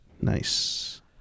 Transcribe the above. Nice